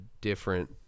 different